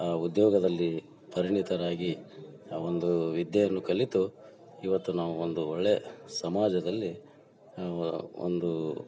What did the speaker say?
ಆ ಉದ್ಯೋಗದಲ್ಲಿ ಪರಿಣಿತರಾಗಿ ಆ ಒಂದು ವಿದ್ಯೆಯನ್ನು ಕಲಿತು ಇವತ್ತು ನಾವು ಒಂದು ಒಳ್ಳೆಯ ಸಮಾಜದಲ್ಲಿ ಒಂದು